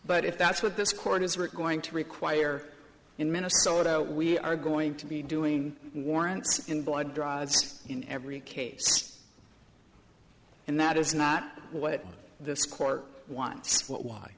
but if that's what this court is we're going to require in minnesota we are going to be doing warrants in blood drives in every case and that is not what this court